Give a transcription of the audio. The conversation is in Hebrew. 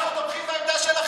אנחנו תומכים בעמדה שלכם.